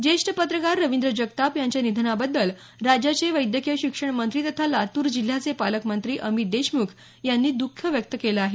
ज्येष्ठ पत्रकार रवींद्र जगताप यांच्या निधनाबद्दल राज्याचे वैद्यकीय शिक्षणमंत्री तथा लातूर जिल्ह्याचे पालकमंत्री अमित देशमुख यांनी दख व्यक्त केलं आहे